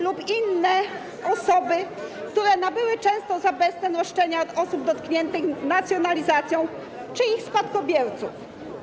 lub inne osoby, które nabyły, często za bezcen, roszczenia osób dotkniętych nacjonalizacją czy ich spadkobierców.